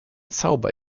zauber